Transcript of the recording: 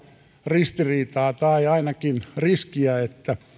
ristiriitaa tai ainakin riskiä että